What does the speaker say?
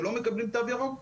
שלא מקבלים תו ירוק,